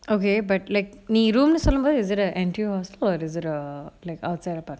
okay but like நீ:nee room னு சொல்லும்போது:nu sollumpothu is it an N_T_U hostel or is it like outside apartment